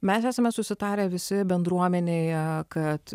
mes esame susitarę visi bendruomenėje kad